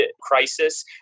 crisis